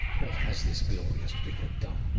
what has this glorious bigot done?